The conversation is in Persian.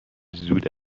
زود